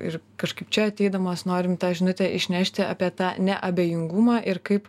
ir kažkaip čia ateidamos norim tą žinutę išnešti apie tą neabejingumą ir kaip